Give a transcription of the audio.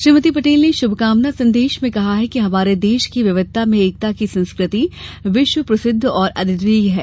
श्रीमती पटेल ने शुभकामना संदेश में कहा कि हमारे देश की विविधता में एकता की संस्कृति विश्व प्रसिद्ध और अद्वितीय है